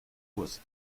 wurst